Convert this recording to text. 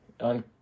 on